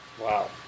Wow